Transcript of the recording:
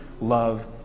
love